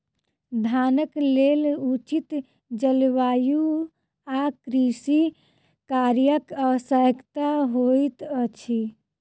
धानक लेल उचित जलवायु आ कृषि कार्यक आवश्यकता होइत अछि